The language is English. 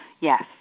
Yes